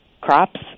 crops